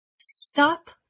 Stop